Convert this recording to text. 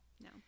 No